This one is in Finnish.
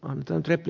tähän ed